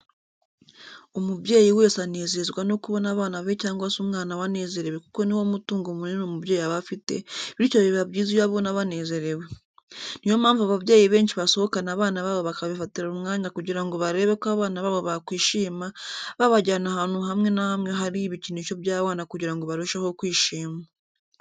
Umubyeyi wese anezezwa no kubona abana be cyangwa se umwana we anezerewe kuko ni wo mutungo munini umubyeyi aba afite, bityo biba byiza iyo abona banezerewe. Ni yo mpamvu ababyeyi benshi basohokana abana babo bakabifatira umwanya kugira ngo barebe ko abana babo bakwishima, babajyana ahantu hamwe na hamwe hari ibikinisho by'abana kugira ngo barusheho kwishima.